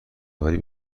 آوری